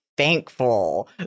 thankful